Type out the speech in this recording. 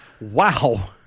Wow